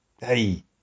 hey